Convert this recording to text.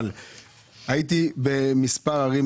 אבל אתמול במספר ערים